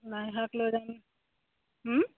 লাইশাক লৈ যাম